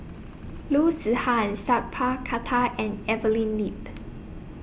Loo Zihan Sat Pal Khattar and Evelyn Lip